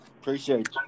Appreciate